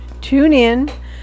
TuneIn